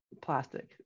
plastic